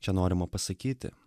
čia norima pasakyti